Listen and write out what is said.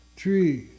three